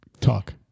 Talk